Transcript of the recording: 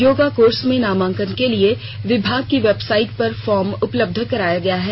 yoga course में नामांकन के लिए विभाग की वेबसाइट पर फॉर्म उपलब्ध कराया गया है